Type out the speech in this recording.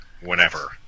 whenever